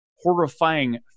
horrifying